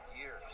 years